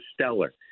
stellar